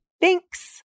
Thanks